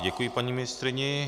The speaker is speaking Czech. Děkuji paní ministryni.